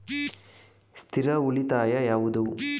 ಸ್ಥಿರ ಉಳಿತಾಯ ಯಾವುದು?